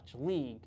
League